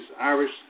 Irish